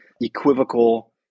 equivocal